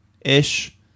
ish